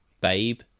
babe